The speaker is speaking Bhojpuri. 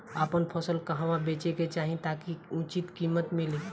आपन फसल कहवा बेंचे के चाहीं ताकि उचित कीमत मिली?